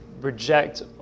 reject